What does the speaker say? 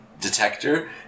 detector